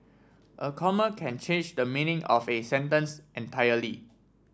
a comma can change the meaning of a sentence entirely